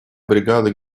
бригада